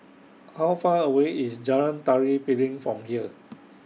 How Far away IS Jalan Tari Piring from here